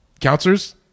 counselors